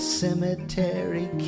cemetery